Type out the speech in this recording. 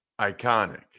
iconic